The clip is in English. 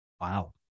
Wow